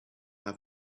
have